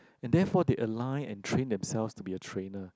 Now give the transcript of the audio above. and therefore they aline and train them selves to be a trainer